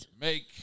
Make